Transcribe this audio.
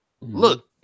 Look